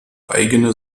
eigene